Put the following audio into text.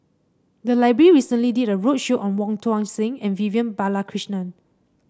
the library recently did a roadshow on Wong Tuang Seng and Vivian Balakrishnan